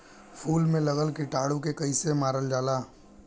फूल में लगल कीटाणु के कैसे मारल जाला?